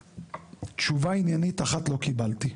תשובה עניינית אחת לא קיבלתי.